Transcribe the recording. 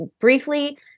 briefly